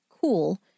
cool